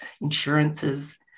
insurances